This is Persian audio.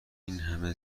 اینهمه